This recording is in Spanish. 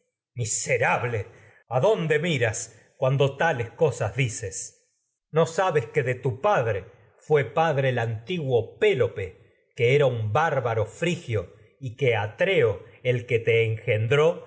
miserable adonde miras cuando tales sabes que dices no de tu padre fué padre el antiguo pélope que era un bárbaro frigio y que atreo el que te a engendró